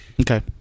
Okay